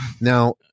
Now